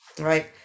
Right